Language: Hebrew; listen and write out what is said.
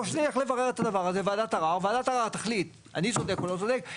או שנלך לוועדת ערער ועדת ערער תחליט אני צודק או לא צודק.